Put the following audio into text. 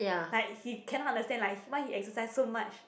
like he cannot understand like why he exercise so much